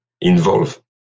involve